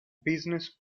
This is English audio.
business